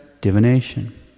divination